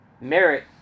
Merit